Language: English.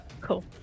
Cool